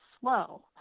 slow